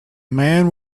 man